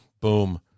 Boom